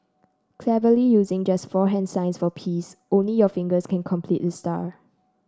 cleverly using just four hand signs for peace only your fingers can completed the star